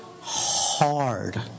hard